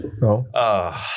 no